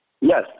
Yes